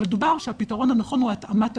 אבל דובר שהפתרון הנכון הוא התאמת הגנים,